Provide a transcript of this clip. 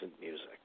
music